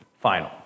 final